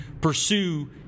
pursue